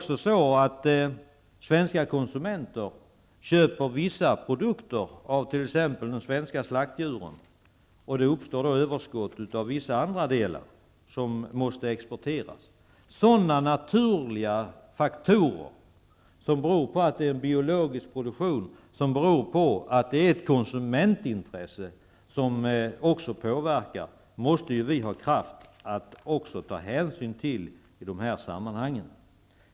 Svenska konsumenter köper vissa produkter som kommer från de svenska slaktdjuren. Då uppstår det överskott av andra delar som måste exporteras. Sådana naturliga faktorer som beror på att det är en biologisk produktion samt det faktum att konsumentintresset också påverkar, måste vi ha kraft att ta hänsyn till i dessa sammanhang.